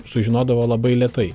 sužinodavo labai lėtai